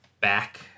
back